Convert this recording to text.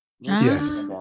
yes